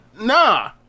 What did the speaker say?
nah